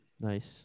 Nice